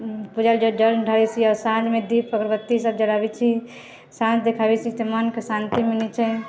पूजा उजा जल ढारैत छी साँझमे दीप अगरबत्ती सब जराबैत छी साँझ देखाबैत छी तऽ मनके शान्ति मिलैत छै